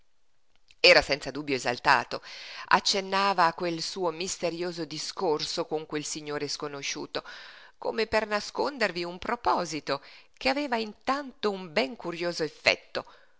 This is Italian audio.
era senza dubbio esaltato accennava a quel suo misterioso discorso con quel signore sconosciuto come per nascondervi un proposito che aveva intanto un ben curioso effetto